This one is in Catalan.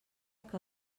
que